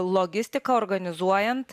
logistiką organizuojant